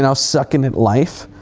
and sucking at life.